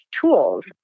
tools